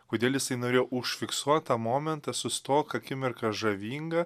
kodėl jisai norėjo užfiksuot tą momentą sustok akimirka žavinga